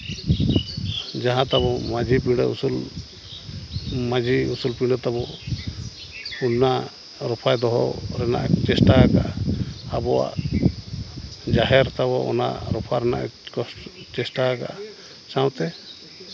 ᱡᱟᱦᱟᱸ ᱛᱟᱵᱚ ᱢᱟᱹᱡᱷᱤ ᱯᱤᱰᱟᱹ ᱩᱥᱩᱞ ᱢᱟᱹᱡᱷᱤ ᱩᱥᱩᱞ ᱯᱤᱰᱟᱹ ᱛᱟᱵᱚ ᱚᱱᱟ ᱨᱚᱯᱷᱟᱭ ᱫᱚᱦᱚ ᱨᱮᱱᱟᱜ ᱮ ᱪᱮᱥᱴᱟᱜ ᱠᱟᱜᱼᱟ ᱟᱵᱚᱣᱟᱜ ᱡᱟᱦᱮᱨ ᱛᱟᱵᱚ ᱚᱱᱟ ᱨᱚᱯᱷᱟ ᱨᱮᱱᱟᱜ ᱜᱮᱠᱚ ᱪᱮᱥᱴᱟ ᱠᱟᱜᱼᱟ ᱥᱟᱶᱛᱮ